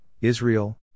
Israel